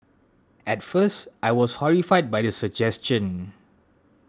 at first I was horrified by the suggestion